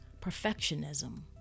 perfectionism